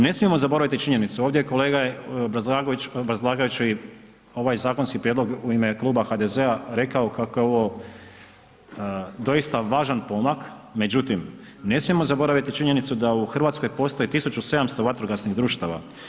Ne smijemo zaboraviti činjenicu, ovdje kolega je obrazlagajući ovaj zakonski prijedlog u ime Kluba HDZ-a rekao kako je ovo doista važan pomak, međutim, ne smijemo zaboraviti činjenicu da u Hrvatskoj postoje 1700 vatrogasnih društava.